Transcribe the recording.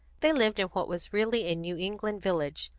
they lived in what was really a new england village,